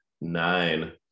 nine